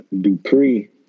Dupree